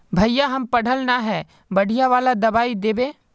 भैया हम पढ़ल न है बढ़िया वाला दबाइ देबे?